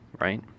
right